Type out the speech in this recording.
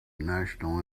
national